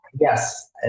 Yes